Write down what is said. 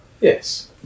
Yes